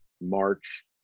March